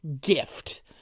gift